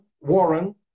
Warren